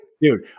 Dude